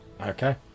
Okay